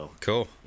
Cool